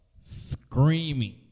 screaming